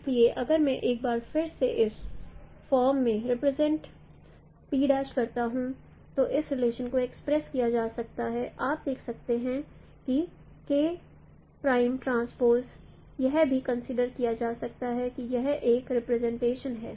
इसलिए अगर मैं एक बार फिर से इस फॉर्म में रिप्रेजेंटेशन करता हूं तो इस रिलेशन को एक्सप्रेस किया जा सकता है आप देख सकते हैं कि यह भी कंसीडर किया जा सकता है कि यह एक रिप्रेजेंटेशन है